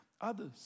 others